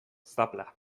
zapla